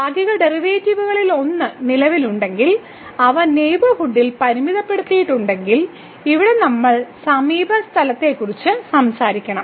ഭാഗിക ഡെറിവേറ്റീവുകളിലൊന്ന് നിലവിലുണ്ടെങ്കിൽ അവ നെയ്ബർഹുഡിൽ പരിമിതപ്പെടുത്തിയിട്ടുണ്ടെങ്കിൽ ഇവിടെ നമ്മൾ സമീപസ്ഥലത്തെക്കുറിച്ച് സംസാരിക്കണം